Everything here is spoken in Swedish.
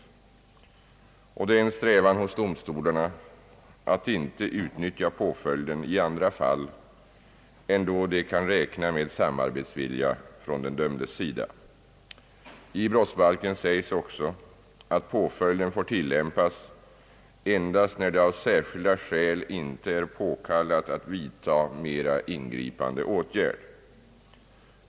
Det är en strävan hos domstolarna att inte utnyttja påföljden i andra fall än då de kan räkna med samarbetsvilja från den dömdes sida. I brottsbalken sägs också att påföljden får tillämpas endast när det av särskilda skäl inte är påkallat att vidta mera ingripande åtgärd.